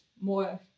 more